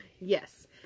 Yes